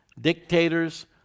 dictators